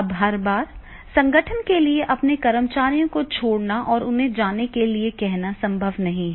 अब हर बार संगठन के लिए अपने कर्मचारियों को छोड़ना और उन्हें जाने के लिए कहना संभव नहीं है